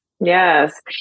Yes